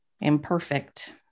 imperfect